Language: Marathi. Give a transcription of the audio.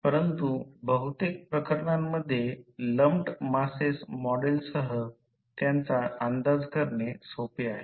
परंतु बहुतेक प्रकरणांमध्ये लम्पड मासेस मॉडेलसह त्यांचा अंदाज करणे सोपे आहे